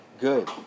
good